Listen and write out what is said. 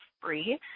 free